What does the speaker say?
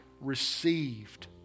received